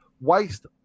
waste